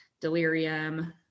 delirium